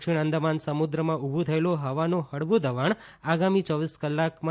દક્ષિણ અંદમાન સમુદ્રમાં ઉભુ થયેલું હવાનું હળવું દબાણ આગામી ચોવીસ કલાકમાં